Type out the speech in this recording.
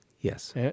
Yes